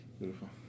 Beautiful